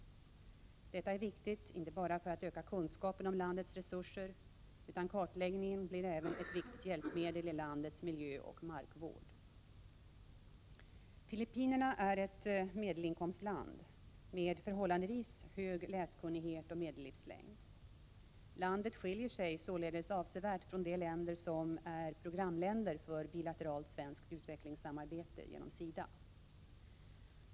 Detta är viktigt inte bara för att öka kunskapen om landets resurser, utan kartläggningen blir även ett viktigt hjälpmedel i landets miljöoch markvård. Filippinerna är ett medelinkomstland med förhållandevis hög läskunnighet och medellivslängd. Landet skiljer sig således avsevärt från de länder som är programländer för bilateralt svenskt utvecklingssamarbete genom SIDA.